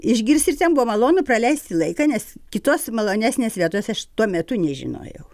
išgirsti ir ten buvo malonu praleisti laiką nes kitos malonesnės vietos aš tuo metu nežinojau